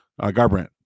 Garbrandt